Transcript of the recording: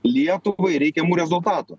lietuvai reikiamų rezultatų